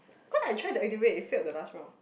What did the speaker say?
cause I try to activate it failed the last round